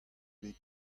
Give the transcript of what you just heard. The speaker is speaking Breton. bet